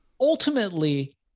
ultimately